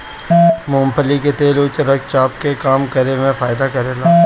मूंगफली के तेल उच्च रक्त चाप के कम करे में फायदा करेला